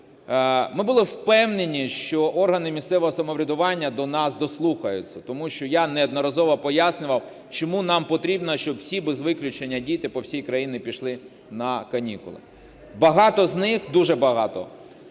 Ми були впевнені, що органи місцевого самоврядування до нас дослухаються. Тому що я неодноразово пояснював, чому нам потрібно, щоб всі без виключення діти по всій країні пішли на канікули. Багато з них, дуже багато,